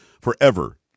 forever